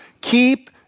Keep